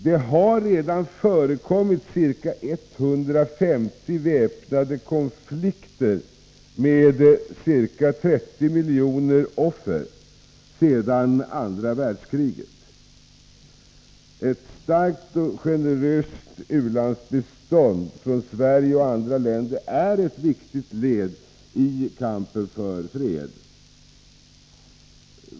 Det har redan förekommit ca 150 väpnade konflikter med ca 30 miljoner dödsoffer sedan andra världskriget. Ett starkt och generöst u-landsbistånd från Sverige och andra länder är ett viktigt led i kampen för fred.